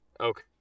okay